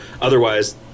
otherwise